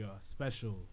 special